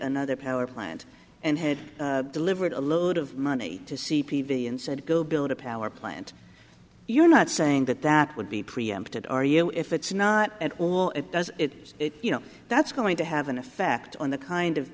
another power plant and had delivered a load of money to c p p and said go build a power plant you're not saying that that would be preempted are you if it's not at all it does it you know that's going to have an effect on the kind of